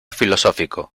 filosófico